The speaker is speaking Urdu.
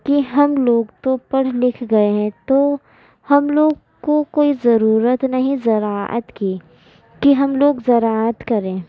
کہ ہم لوگ تو پڑھ لکھ گئے ہیں تو ہم لوگ کو کوئی ضرورت نہیں زراعت کی کہ ہم لوگ زراعت کریں